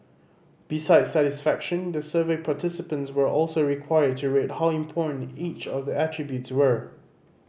besides satisfaction the survey participants were also required to rate how important each of the attributes were